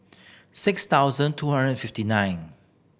six thousand two hundred fifty nine